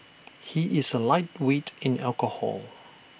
he is A lightweight in alcohol